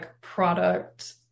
product